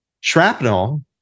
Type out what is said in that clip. shrapnel